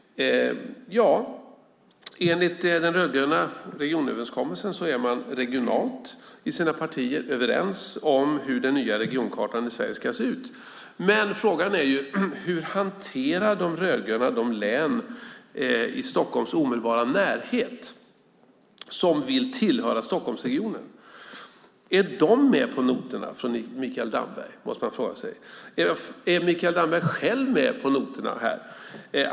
Enligt den rödgröna regionöverenskommelsen är man regionalt i sina partier överens om hur den nya regionkartan i Sverige ska se ut. Men frågan är hur De rödgröna hanterar de län i Stockholms omedelbara närhet som vill tillhöra Stockholmsregionen. Är de med på noterna från Mikael Damberg? Det måste man fråga sig. Är Mikael Damberg själv med på noterna här?